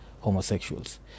homosexuals